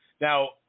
Now